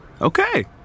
Okay